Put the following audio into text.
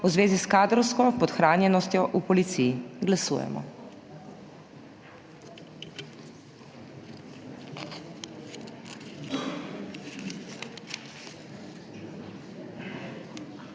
v zvezi s kadrovsko podhranjenostjo v policiji. Glasujemo.